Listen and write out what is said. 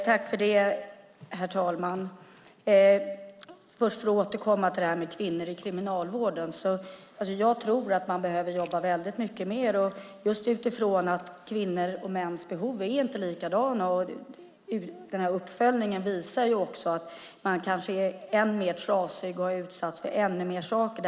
Herr talman! För att återgå till frågan om kvinnor i kriminalvården tror jag att man behöver jobba väldigt mycket mer. Kvinnors och mäns behov är inte likadana, och uppföljningen visar att kvinnorna kanske är ännu trasigare och har utsatts för ännu mer saker än männen.